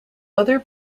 other